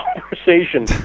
conversation